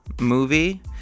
movie